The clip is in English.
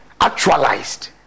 actualized